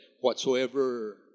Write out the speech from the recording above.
whatsoever